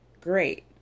Great